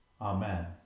Amen